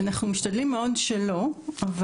אנחנו משתדלים מאוד שלא אבל,